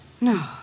No